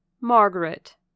Margaret